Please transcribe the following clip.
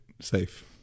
safe